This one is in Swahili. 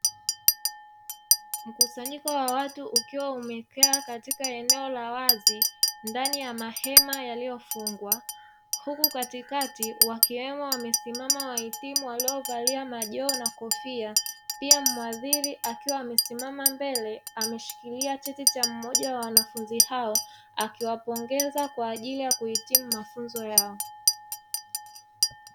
Mkusanyiko wa watu ukiwa umekaa katika eneo la wazi ndani ya mahema yaliyofungwa huku katikati wakiwemo wamesimama wahitimu waliovalia majoho na kofia. Pia muadhiri akiwa amesimama mbele ameshikilia cheti cha mmoja wa wanafunzi hao akiwapongeza kwa ajili ya kuhitimu mafunzo yao.